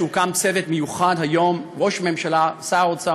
זה שהוקם היום צוות מיוחד של ראש הממשלה ושר האוצר